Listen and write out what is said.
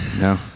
No